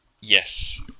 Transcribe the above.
Yes